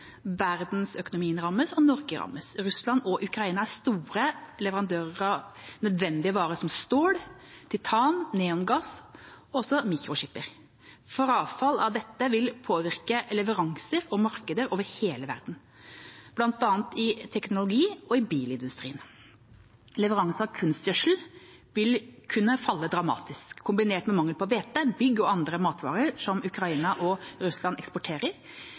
Verdensøkonomien rammes, og Norge rammes. Russland og Ukraina er store leverandører av nødvendige varer som stål, titan og neongass til mikrochipper. Frafall av dette vil påvirke leveranser og markeder over hele verden, bl.a. innen teknologi og i bilindustrien. Leveranser av kunstgjødsel vil kunne falle dramatisk. Kombinert med mangel på hvete, bygg og andre matvarer som Ukraina og Russland eksporterer,